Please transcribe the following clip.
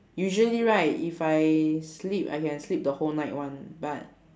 usually right if I sleep I can sleep the whole night [one] but